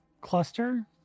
cluster